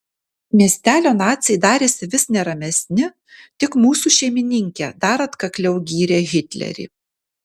miestelio naciai darėsi vis neramesni tik mūsų šeimininkė dar atkakliau gyrė hitlerį